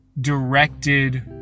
directed